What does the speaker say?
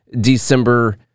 December